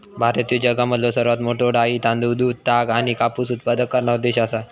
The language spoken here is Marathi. भारत ह्यो जगामधलो सर्वात मोठा डाळी, तांदूळ, दूध, ताग आणि कापूस उत्पादक करणारो देश आसा